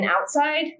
outside